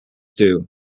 due